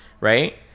Right